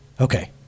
Okay